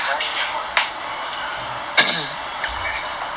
the guy I thought got the depression